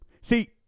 See